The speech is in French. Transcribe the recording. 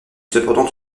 cependant